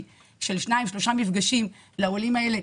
של שניים-שלושה מפגשים לעולים האלה,